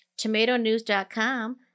Tomatonews.com